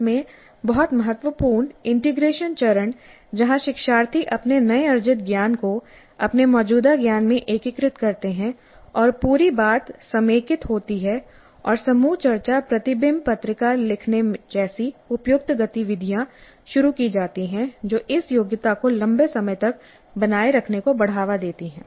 अंत में बहुत महत्वपूर्ण इंटीग्रेशन चरण जहां शिक्षार्थी अपने नए अर्जित ज्ञान को अपने मौजूदा ज्ञान में एकीकृत करते हैं और पूरी बात समेकित होती है और समूह चर्चाप्रतिबिंबपत्रिका लिखने जैसी उपयुक्त गतिविधियां शुरू की जाती हैं जो इस योग्यता को लंबे समय तक बनाए रखने को बढ़ावा देती हैं